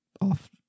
off